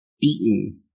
beaten